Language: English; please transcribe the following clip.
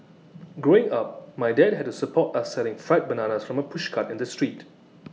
growing up my dad had to support us selling fried bananas from A pushcart in the street